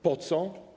Po co?